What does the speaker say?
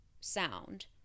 sound